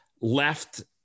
left